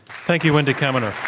thank you, wendy kaminer.